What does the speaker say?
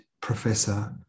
Professor